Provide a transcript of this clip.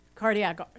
cardiac